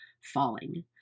falling